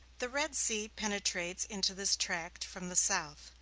the red sea penetrates into this tract from the south,